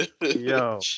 yo